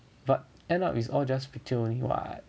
but end up it's all just picture only [what]